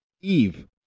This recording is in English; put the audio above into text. Eve